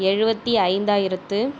எழுபத்தி ஐந்தாயிரத்து